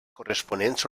corresponents